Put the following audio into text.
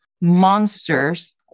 monsters